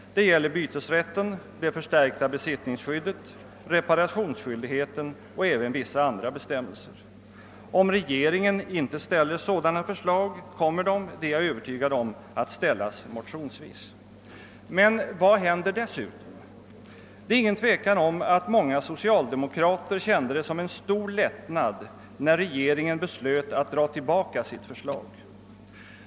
Det gäller bytesrätten, det förstärkta besittningsskyddet, reparationsskyldigheten och även vissa andra bestämmelser. Om regeringen icke ställer sådana förslag, kommer de — det är jag övertygad om — att ställas motionsvis. Men vad händer dessutom? Det är ingen tvekan om att många socialdemokrater kände det som en stor lättnad när regeringen beslöt att dra tillbaka sitt förslag.